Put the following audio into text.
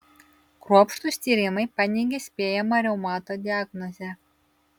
kruopštūs tyrimai paneigė spėjamą reumato diagnozę